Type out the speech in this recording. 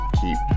Keep